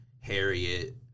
Harriet